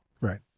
Right